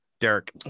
Derek